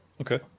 Okay